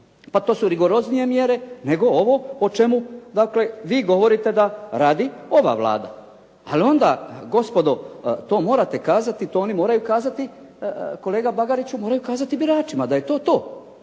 Pa to su rigoroznije mjere, nego ovo o čemu dakle vi govorite da radi ova Vlada. Ali onda gospodo to morate kazati, to oni moraju kazati, kolega Bagariću moraju kazati biračima da je to to,